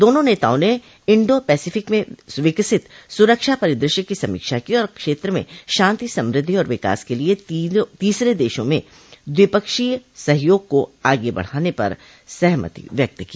दोनों नेताओं ने इंडो पैसिफिक में विकसित सुरक्षा परिदृश्य की समीक्षा की और क्षेत्र में शांति समृद्धि और विकास के लिये तीसरे देशों में द्विपक्षीय सहयोग को आगे बढाने पर सहमति व्यक्त की